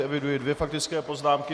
Eviduji dvě faktické poznámky.